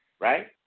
right